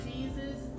Jesus